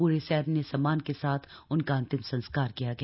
पूरे सैन्य सम्मान के साथ उनका अंतिम संस्कार किया गया